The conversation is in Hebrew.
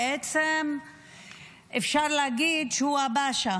ובעצם אפשר להגיד שהוא הבאשא